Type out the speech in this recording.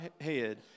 head